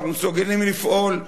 אנחנו מסוגלים לפעול,